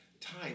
time